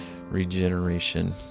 regeneration